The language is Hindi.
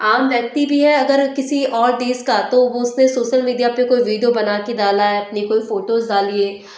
आम व्यक्ति भी है अगर किसी और देश का तो वो उस पर सोशल मीडिया पर कोई विडियो बना के डाला है अपनी कोई फोटोज़ डाली है